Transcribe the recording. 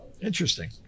Interesting